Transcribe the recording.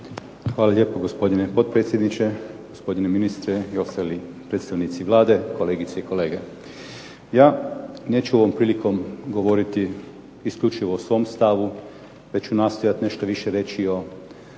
Hvala lijepo gospodine potpredsjedniče, gospodine ministre i ostali predstavnici Vlade, kolegice i kolege. Ja neću ovom prilikom govoriti isključivo o svom stavu već ću nastojati nešto više reći i o